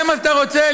זה מה שאתה רוצה?